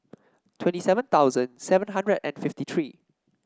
twenty seven thousand seven hundred and fifty three